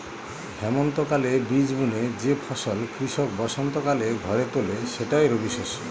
হেমন্তকালে বীজ বুনে যে ফসল কৃষক বসন্তকালে ঘরে তোলে সেটাই রবিশস্য